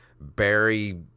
Barry